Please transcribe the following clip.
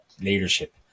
leadership